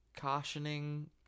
cautioning